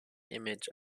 image